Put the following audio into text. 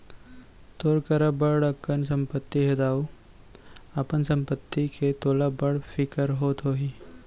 तोर करा बड़ अकन संपत्ति हे दाऊ, अपन संपत्ति के तोला बड़ फिकिर होत होही